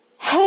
Hey